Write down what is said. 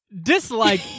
dislike